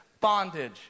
bondage